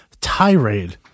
tirade